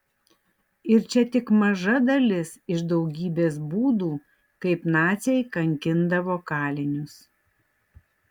ir čia tik maža dalis iš daugybės būdų kaip naciai kankindavo kalinius